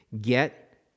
Get